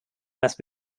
must